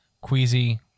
queasy